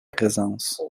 présence